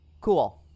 Cool